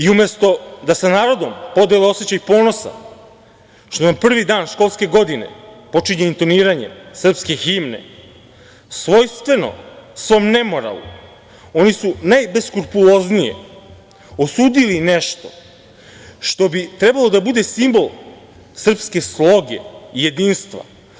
Umesto da sa narodom podele osećaj ponosa što nam prvi dan školske godine počinje intoniranjem srpske himne, svojstveno svom nemoralu oni su najbeskrupuloznije osudili nešto što bi trebalo da bude simbol srpske sloge i jedinstva.